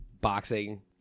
boxing